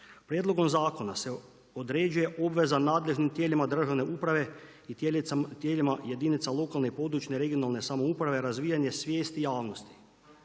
Prijedlogom zakona se određuje obveza nadležnim tijelima državne uprave i tijelima jedinica lokalne i područne, regionalne samouprave, razvijanje svijesti javnosti